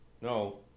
No